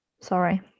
Sorry